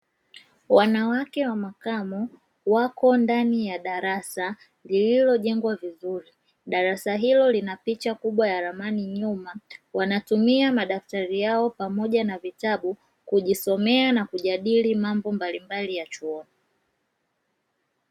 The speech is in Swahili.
Wanawake wa makamo, wapo ndani ya darasa lililojengwa vizuri. Darasa hilo lina picha kubwa ya ramani nyuma, wanatumia madaftari yao pamoja na vitabu, kujisomea na kujadili mambo mbalimbali ya chuoni.